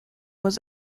was